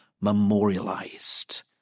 memorialized